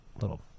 little